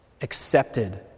accepted